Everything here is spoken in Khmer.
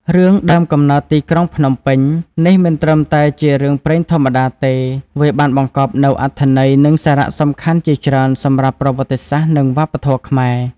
រឿង "ដើមកំណើតទីក្រុងភ្នំពេញ" នេះមិនត្រឹមតែជារឿងព្រេងធម្មតាទេ វាបានបង្កប់នូវអត្ថន័យ និងសារៈសំខាន់ជាច្រើនសម្រាប់ប្រវត្តិសាស្ត្រ និងវប្បធម៌ខ្មែរ។